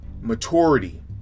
maturity